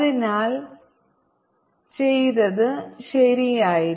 അതിനാൽ ചെയ്തത് ശരിയായിരുന്നു